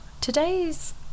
Today's